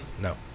No